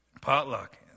potluck